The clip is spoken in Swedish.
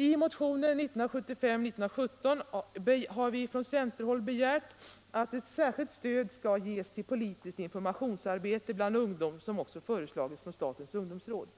I motionen 1975:1917 har vi från centerhåll begärt att ett särskilt stöd skall ges till politiskt informationsarbete bland ungdom, vilket också föreslagits från statens ungdomsråd.